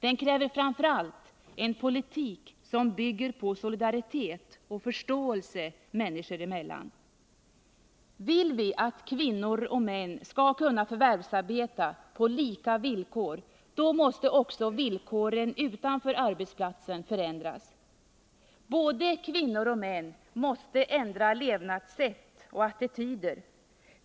Den kräver framför allt en politik som bygger på solidaritet och förståelse människor emellan. Vill vi att kvinnor och män skall kunna förvärvsarbeta på lika villkor, då måste också villkoren utanför arbetsplatsen förändras. Både kvinnor och män måste ändra levnadssätt och attityder.